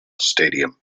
stadium